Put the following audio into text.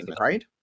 right